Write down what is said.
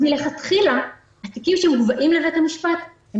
לכן מלכתחילה התיקים שמובאים לבית המשפט הם